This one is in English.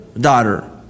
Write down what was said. daughter